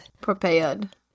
Prepared